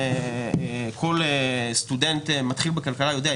כל סטודנט מתחיל בכלכלה יודע,